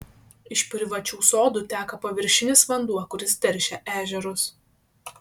iš privačių sodų teka paviršinis vanduo kuris teršia ežerus